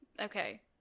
Okay